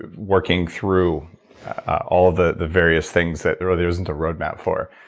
ah working through all the the various things that there there isn't a roadmap for.